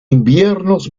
inviernos